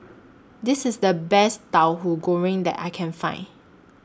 This IS The Best Tahu Goreng that I Can Find